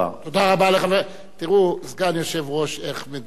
תודה רבה לחבר, תראו, סגן היושב-ראש, איך מדייק